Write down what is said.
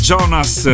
Jonas